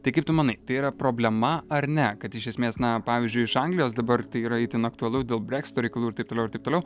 tai kaip tu manai tai yra problema ar ne kad iš esmės na pavyzdžiui iš anglijos dabar tai yra itin aktualu dėl breksito reikalų ir taip toliau ir taip toliau